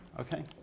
Okay